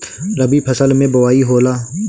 रबी फसल मे बोआई होला?